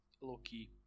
low-key